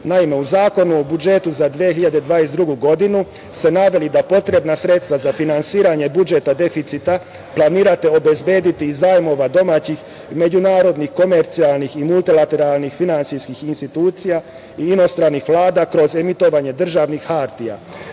Naime, u Zakonu o budžetu za 2022. godinu ste naveli da potrebna sredstva za finansiranje budžeta deficita planirate obezbediti zajmova domaćih međunarodnih komercijalnih i multilateralnih finansijskih institucija i inostranih vlada kroz emitovanje državnih hartija.